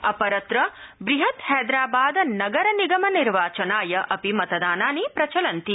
अपरत्र बृहत् हैदराबाद नगर निगम निर्वाचनाय अपि मतदानानि प्रचलन्ति